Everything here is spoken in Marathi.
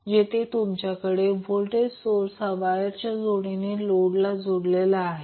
जेथे तुमच्याकडे व्होल्टेज सोर्स हा वायरच्या जोडीने लोडला जोडलेला आहे